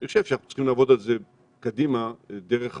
איך נכון לעשות את הדברים ולא רק לדבר כל הזמן על